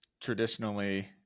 traditionally